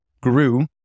grew